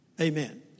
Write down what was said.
Amen